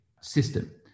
system